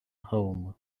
home